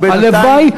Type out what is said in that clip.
הלוואי,